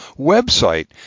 website